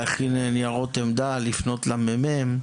להכין ניירות עמדה, לפנות לממ"מ.